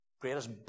Greatest